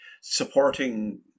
supporting